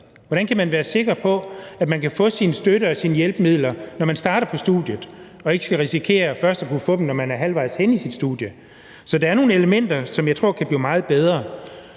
Hvordan kan man være sikker på, at man kan få sin støtte og sine hjælpemidler, når man starter på studiet og ikke skal risikere først at kunne få dem, når man er halvvejs henne i sit studie? Så der er nogle elementer, som jeg tror kan blive meget bedre.